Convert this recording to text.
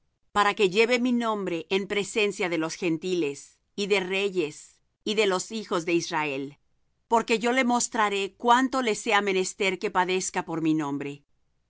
para que lleve mi nombre en presencia de los gentiles y de reyes y de los hijos de israel porque yo le mostraré cuánto le sea menester que padezca por mi nombre